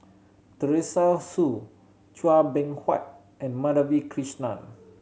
Teresa Hsu Chua Beng Huat and Madhavi Krishnan